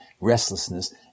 restlessness